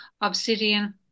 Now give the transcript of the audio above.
obsidian